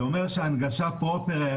זה אומר שההנגשה פרופר,